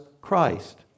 Christ